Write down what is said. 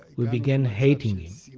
we began hating him.